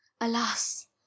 Alas